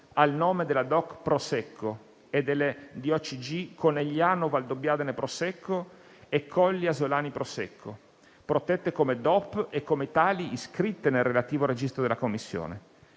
al nome della DOC Prosecco e delle DOCG Conegliano Valdobbiadene-Prosecco e Colli asolani-Prosecco, protette come DOP e come tali iscritte nel relativo registro della Commissione,